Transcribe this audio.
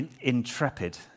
Intrepid